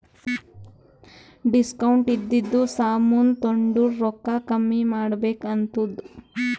discount ಇದ್ದಿದು ಸಾಮಾನ್ ತೊಂಡುರ್ ರೊಕ್ಕಾ ಕಮ್ಮಿ ಕೊಡ್ಬೆಕ್ ಆತ್ತುದ್